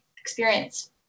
experience